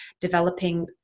developing